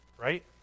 right